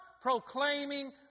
proclaiming